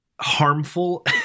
harmful